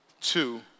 Two